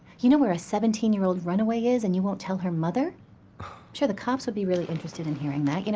you know where a seventeen year old runaway is, and you won't tell her mother? i'm sure the cops would be really interested in hearing that. you know